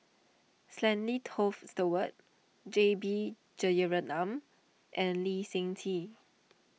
Stanley Toft Stewart J B Jeyaretnam and Lee Seng Tee